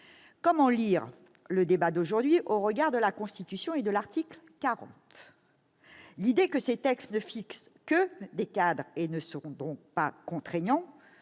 comment lire le débat d'aujourd'hui au regard de la Constitution et de son article 40 ? L'idée que ces textes ne fixent que des cadres et ne sont donc pas contraignants